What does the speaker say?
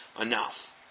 enough